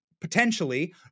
potentially